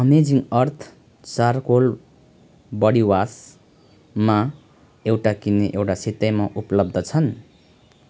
amazing earth charcoal body वासमा एउटा किने एउटा सित्तैमा उपलब्ध छन्